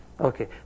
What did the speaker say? okay